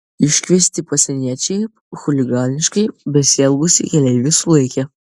iškviesti pasieniečiai chuliganiškai besielgusį keleivį sulaikė